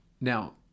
Now